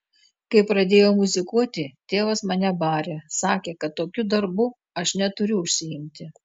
kai pradėjau muzikuoti tėvas mane barė sakė kad tokiu darbu aš neturiu užsiimti